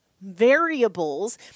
variables